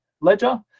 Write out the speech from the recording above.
ledger